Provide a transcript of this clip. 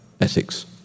ethics